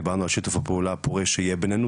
דיברנו על שיתוף הפעולה הפורה שיהיה בינינו.